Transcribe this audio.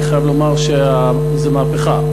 אני חייב לומר שזו מהפכה.